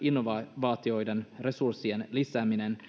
innovaatioiden resurssien lisääminen